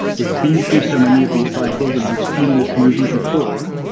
we've been through so many of these cycles and we've seen this movie before,